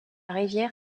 rivière